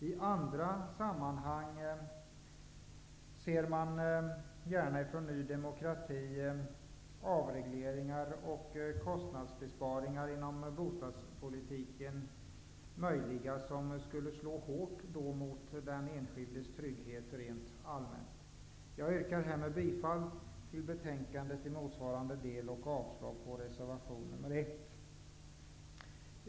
I andra sammanhang ser man från Ny demokrati gärna avregleringar och kostnadsbesparingar inom bostadspolitiken, vilka skulle slå hårt mot den enskildes trygghet rent allmänt. Jag yrkar härmed bifall till hemställan i motsvarande del och avslag på reservation 1.